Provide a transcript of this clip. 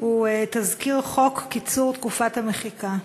הוא תזכיר חוק קיצור תקופת המחיקה.